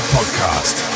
Podcast